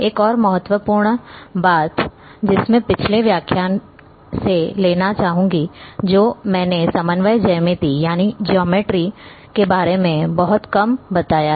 एक और महत्वपूर्ण बात जिसे मैं पिछले व्याख्यान से लाना चाहूंगी जो मैंने समन्वय ज्यामिति के बारे में बहुत कम बताया है